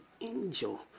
angel